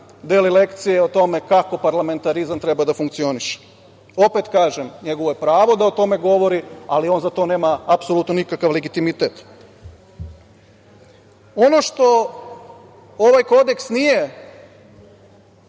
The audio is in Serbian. deli lekcije o tome kako parlamentarizam treba da funkcioniše. Opet kažem, njegovo je pravo da o tome govori, ali on za to nema apsolutno nikakav legitimitet. Ono što ovaj kodeks nije